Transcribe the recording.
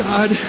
God